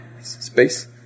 space